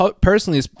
personally